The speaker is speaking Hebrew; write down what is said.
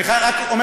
אני אומר לכם,